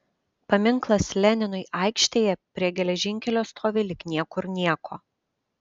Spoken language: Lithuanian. paminklas leninui aikštėje prie geležinkelio stovi lyg niekur nieko